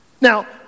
Now